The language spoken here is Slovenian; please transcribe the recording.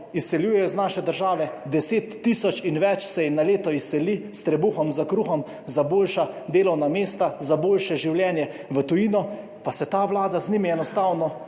izseljujejo iz naše države, 10 tisoč in več se jim na leto izseli s trebuhom za kruhom za boljša delovna mesta, za boljše življenje v tujino pa se ta Vlada z njimi enostavno